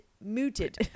muted